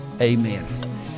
amen